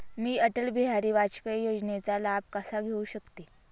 मी अटल बिहारी वाजपेयी योजनेचा लाभ कसा घेऊ शकते?